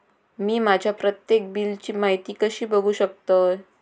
मी माझ्या प्रत्येक बिलची माहिती कशी बघू शकतय?